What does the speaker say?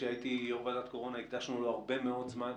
כשהייתי יושב-ראש ועדת הקורונה הקדשנו הרבה מאוד זמן.